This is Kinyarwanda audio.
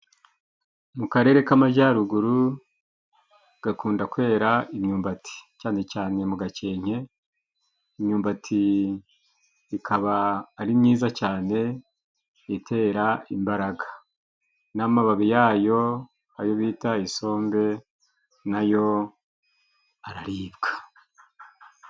Mu akarere k'amajyaruguru gakunda kwera imyumbati. Cyane cyane mu Gakenke imyumbati ikaba ari myiza cyane, itera imbaraga. N'amababi yayo ayo bita isombe na yo arariribwa.